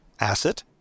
asset